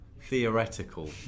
theoretical